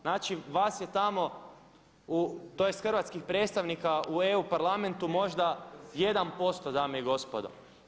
Znači vas je tamo tj. hrvatskih predstavnika u EU Parlamentu možda 1% dame i gospodo.